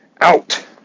Out